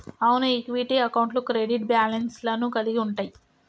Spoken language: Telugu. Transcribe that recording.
అవును ఈక్విటీ అకౌంట్లు క్రెడిట్ బ్యాలెన్స్ లను కలిగి ఉంటయ్యి